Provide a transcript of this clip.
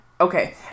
Okay